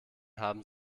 haben